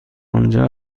آنجا